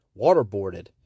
Waterboarded